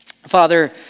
Father